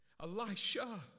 Elisha